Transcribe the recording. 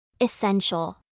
Essential